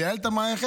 לייעל את המערכת,